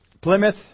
Plymouth